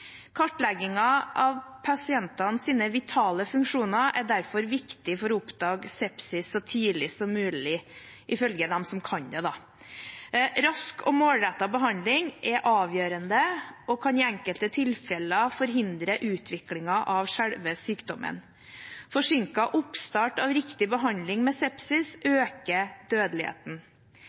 av pasientenes vitale funksjoner er derfor viktig for å oppdage sepsis så tidlig som mulig, ifølge dem som kan det. Rask og målrettet behandling er avgjørende og kan i enkelte tilfeller forhindre utviklingen av selve sykdommen. Forsinket oppstart av riktig behandling ved sepsis øker dødeligheten.